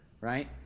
right